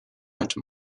write